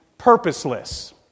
purposeless